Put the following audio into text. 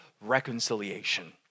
reconciliation